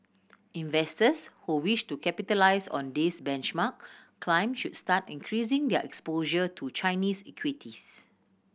investors who wish to capitalise on this benchmark climb should start increasing their exposure to Chinese equities